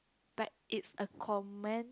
but it's a common